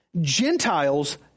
Gentiles